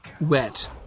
wet